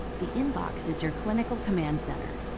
the inbox is your clinical command center.